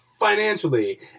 financially